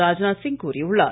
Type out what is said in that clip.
ராஜ்நாத் சிங் கூறியுள்ளார்